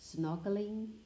snorkeling